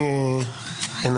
ויהיה פה שלום צודק בין שני העמים,